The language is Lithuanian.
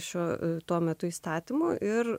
šiuo tuo metu įstatymu ir